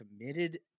committed